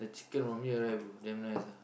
chicken from here right bro damn nice ah